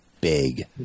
Big